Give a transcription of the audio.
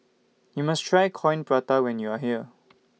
YOU must Try Coin Prata when YOU Are here